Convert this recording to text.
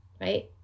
right